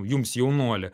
jums jaunuoli